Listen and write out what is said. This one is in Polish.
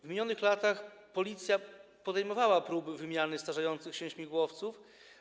W minionych latach Policja podejmowała próby wymiany starzejących się śmigłowców.